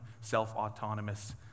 self-autonomous